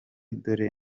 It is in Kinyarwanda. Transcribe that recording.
dore